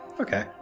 Okay